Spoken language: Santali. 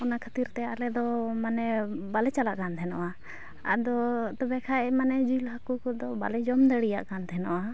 ᱚᱱᱟ ᱠᱷᱟᱹᱛᱤᱨᱛᱮ ᱟᱞᱮᱫᱚ ᱢᱟᱱᱮ ᱵᱟᱞᱮ ᱪᱟᱞᱟᱜ ᱠᱟᱱ ᱛᱟᱦᱮᱱᱚᱜᱼᱟ ᱟᱫᱚ ᱛᱚᱵᱮ ᱠᱷᱟᱱ ᱢᱟᱱᱮ ᱡᱤᱞ ᱦᱟᱹᱠᱩ ᱠᱚᱫᱚ ᱵᱟᱞᱮ ᱡᱚᱢ ᱫᱟᱲᱮᱭᱟᱜ ᱛᱟᱦᱮᱱᱚᱜᱼᱟ